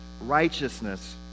righteousness